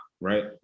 right